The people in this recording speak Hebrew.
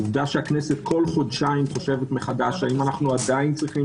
העובדה שהכנסת חושבת כל חודשיים מחדש האם אנחנו עדיין צריכים